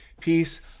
Peace